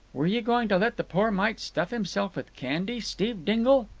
were you going to let the poor mite stuff himself with candy, steve dingle?